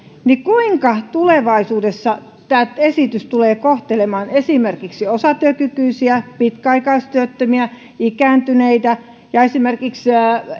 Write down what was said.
kuinka tulevaisuudessa tämä esitys tulee kohtelemaan esimerkiksi osatyökykyisiä pitkäaikaistyöttömiä ikääntyneitä ja esimerkiksi